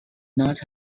not